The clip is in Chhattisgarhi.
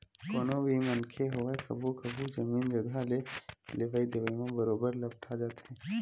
कोनो भी मनखे होवय कभू कभू जमीन जघा के लेवई देवई म बरोबर लपटा जाथे